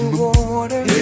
water